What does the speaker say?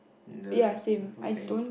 the the whole thing